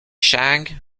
shang